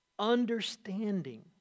understanding